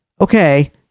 Okay